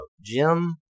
Jim